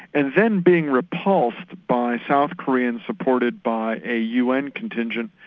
and then being repulsed by south korea supported by a un contingent,